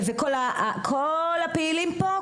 וכל הפעילים פה,